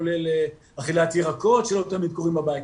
כולל אכילת ירקות שלא תמיד קורית בבית.